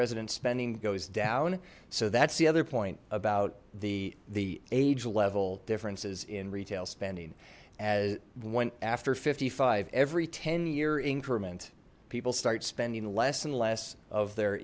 residents spending goes down so that's the other point about the the age level differences in retail spending and when after fifty five every ten year increment people start spending less and less of their